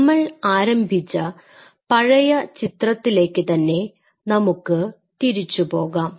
നമ്മൾ ആരംഭിച്ച പഴയ ചിത്രത്തിലേക്ക് തന്നെ നമുക്ക് തിരിച്ചു പോകാം